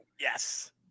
yes